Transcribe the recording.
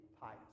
pious